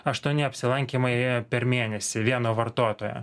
aštuoni apsilankymai per mėnesį vieno vartotojo